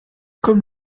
comme